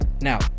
now